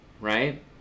Right